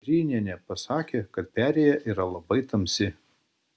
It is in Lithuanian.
kerinienė sakė kad perėja yra labai tamsi